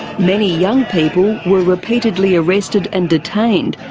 many young people were repeatedly arrested and detained.